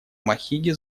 махиге